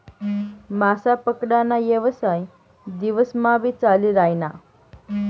मासा पकडा ना येवसाय दिवस मा भी चाली रायना